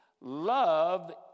Love